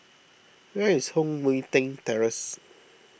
where is Heng Mui Keng Terrace